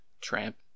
Tramp